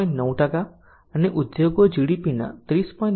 9 અને ઉદ્યોગો GDPના 30